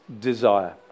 desire